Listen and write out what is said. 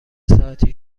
ساعتی